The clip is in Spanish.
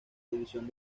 división